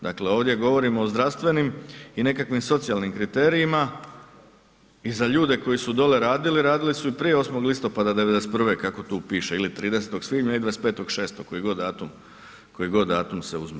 Dakle ovdje govorimo o zdravstvenim i nekakvim socijalnim kriterijima i za ljudi koji su dole radili, radili su i prije 8. listopada '91. kako tu piše ili 30. svibnja i 26.6., koji god datum se uzme.